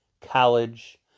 college